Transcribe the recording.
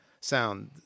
sound